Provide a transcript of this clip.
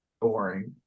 boring